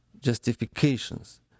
justifications